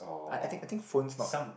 I I think I think phones not